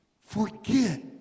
Forget